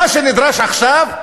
מה שנדרש עכשיו,